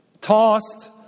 tossed